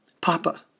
Papa